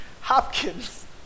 Hopkins